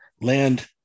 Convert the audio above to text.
land